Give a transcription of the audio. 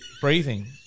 breathing